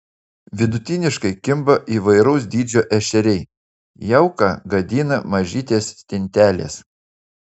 vidutiniškai kimba įvairaus dydžio ešeriai jauką gadina mažytės stintelės